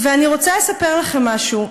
אני רוצה לספר לכם משהו: